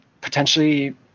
Potentially